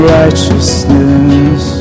righteousness